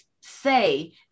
say